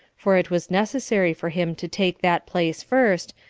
for it was necessary for him to take that place first,